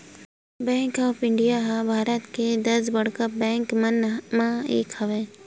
bank of India ह भारत के दस बड़का बेंक मन म एक हरय